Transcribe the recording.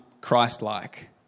Christ-like